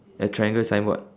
a triangle signboard